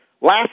last